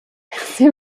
sie